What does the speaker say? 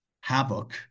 havoc